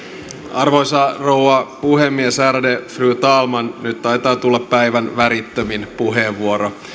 arvoisa rouva puhemies ärade fru talman nyt taitaa tulla päivän värittömin puheenvuoro